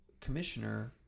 commissioner